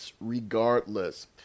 regardless